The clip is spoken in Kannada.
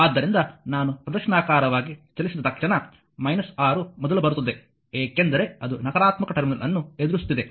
ಆದ್ದರಿಂದ ನಾನು ಪ್ರದಕ್ಷಿಣಾಕಾರವಾಗಿ ಚಲಿಸಿದ ತಕ್ಷಣ 6 ಮೊದಲು ಬರುತ್ತದೆ ಏಕೆಂದರೆ ಅದು ನಕಾರಾತ್ಮಕ ಟರ್ಮಿನಲ್ ಅನ್ನು ಎದುರಿಸುತ್ತಿದೆ